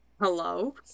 Hello